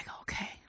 okay